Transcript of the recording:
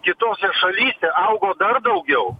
kitose šalyse augo dar daugiau